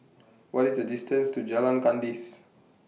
What IS The distance to Jalan Kandis